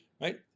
right